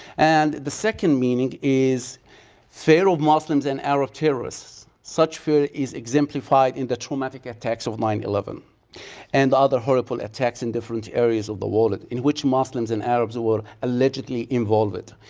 and the second meaning is fear of muslim and arab terrorists such fear is exemplified in the traumatic attacks of nine eleven and other horrible attacks in different areas of the world in which muslims and arabs were allegedly involved.